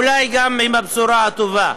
אולי גם עם הבשורה הטובה.